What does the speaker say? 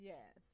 Yes